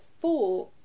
four